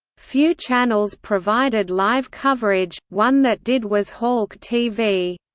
few channels provided live coverage one that did was halk tv.